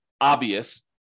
obvious